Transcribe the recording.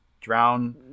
drown